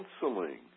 counseling